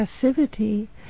passivity